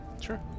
sure